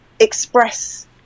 express